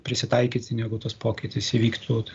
prisitaikyti negu tas pokytis įvyktų